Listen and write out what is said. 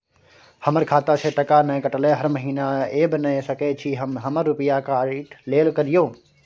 हमर खाता से टका नय कटलै हर महीना ऐब नय सकै छी हम हमर रुपिया काइट लेल करियौ?